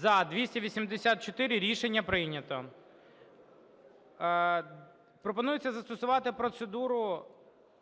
За-284 Рішення прийнято. Пропонується застосувати процедуру